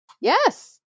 Yes